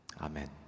Amen